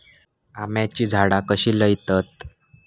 आम्याची झाडा कशी लयतत?